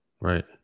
Right